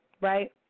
right